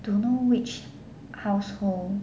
don't know which household